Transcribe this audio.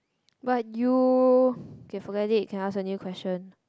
but you K forget it you can ask a new question